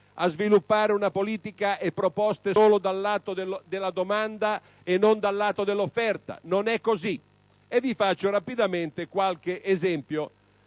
a sviluppare una politica e proposte solo dal lato della domanda e non anche dal lato dell'offerta. Non è così. E vi faccio rapidamente qualche esempio.